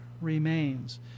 remains